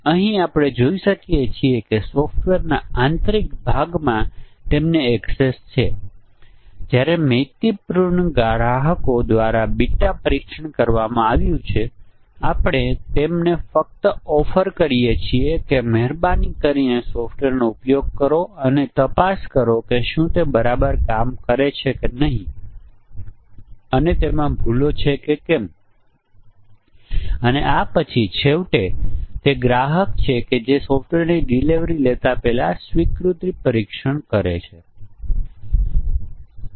પરંતુ જેનો આપણે હજી સુધી જવાબ આપ્યો નથી તે એ છે કે જોડી મુજબના પરીક્ષણના કેસો કેવી રીતે પેદા થાય છે શું આપણે કેટલાક સરળ અલ્ગોરિધમનો મેળવી શકીએ છીએ જેના દ્વારા પરિમાણોનો સમૂહ આપવામાં આવે છે અને જે મૂલ્યો આ પરિમાણો લઈ શકે છે તેના માટે શું આપણે જોડી મુજબની પરીક્ષા મેળવી શકીએ